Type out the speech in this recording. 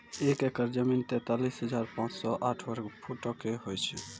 एक एकड़ जमीन, तैंतालीस हजार पांच सौ साठ वर्ग फुटो के होय छै